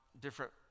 different